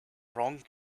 wrong